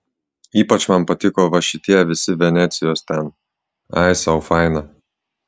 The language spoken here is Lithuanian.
ypač man patiko va šitie visi venecijos ten ai sau faina